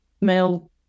male